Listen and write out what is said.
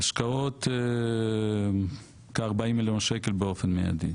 השקעות כ-40 מיליון שקלים באופן מיידי.